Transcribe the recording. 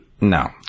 No